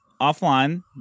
offline